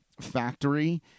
factory